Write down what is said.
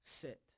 sit